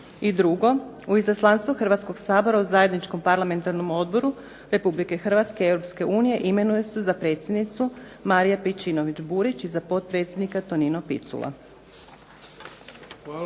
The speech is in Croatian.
I drugo, u izaslanstvo Hrvatskoga sabora u Zajedničkom parlamentarnom odboru Republike Hrvatske i Europske unije imenuje se za predsjednicu Marija Pejčinović-Burić i za potpredsjednika Tonino Picula.